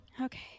Okay